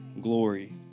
glory